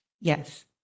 Yes